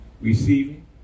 Receiving